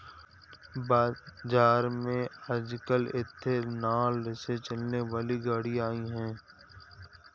बाज़ार में आजकल एथेनॉल से चलने वाली गाड़ियां आई है